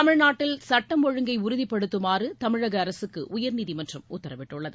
தமிழ்நாட்டில் சட்டம் ஒழுங்கை உறுதிப்படுத்துமாறு தமிழக அரசுக்கு உயர்நீதிமன்றம் உத்தரவிட்டுள்ளது